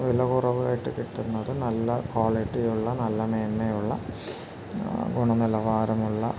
വില കുറവായിട്ട് കിട്ടുന്നത് നല്ല ക്വാളിറ്റിയുള്ള നല്ല മേന്മയുള്ള ഗുണനിലവാരമുള്ള